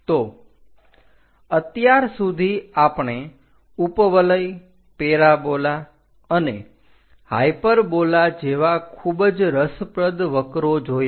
તો અત્યાર સુધી આપણે ઉપવલય પેરાબોલા અને હાઇપરબોલા જેવા ખૂબ જ રસપ્રદ વક્રો જોયા